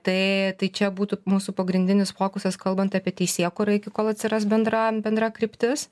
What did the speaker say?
tai tai čia būtų mūsų pagrindinis fokusas kalbant apie teisėkūrą iki kol atsiras bendra bendra kryptis